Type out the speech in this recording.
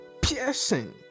piercing